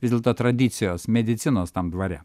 vis dėlto tradicijos medicinos tam dvare